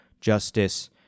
justice